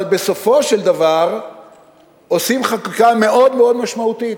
אבל בסופו של דבר עושים חקיקה מאוד משמעותית,